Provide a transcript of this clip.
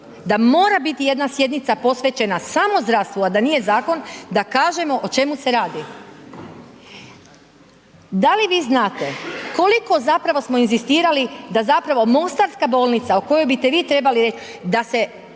da mora biti jedna sjednica posvećena samo zdravstvu, a da nije zakon da kažemo o čemu se radi. Da li vi znate koliko zapravo smo inzistirali da zapravo Mostarska bolnica o koj bite vi trebali reć, da se